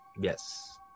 Yes